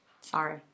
Sorry